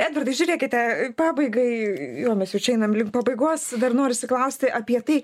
edvardai žiūrėkite pabaigai jo mes jau čia einam link pabaigos dar norisi klausti apie tai